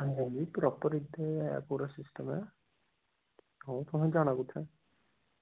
हां जी हां जी प्रापर इत्थें सिस्टम ऐ हां छतोआनू जानां कुत्थैं